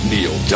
Neil